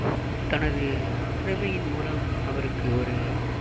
தனது திறமையின் மூலம் அவருக்கு ஒரு